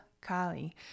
Kali